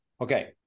Okay